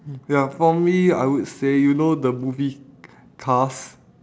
ya for me I would say you know the movie cars